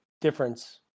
difference